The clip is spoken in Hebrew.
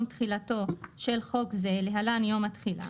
תחילתו של חוק זה (להלן יום התחילה),